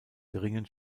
geringen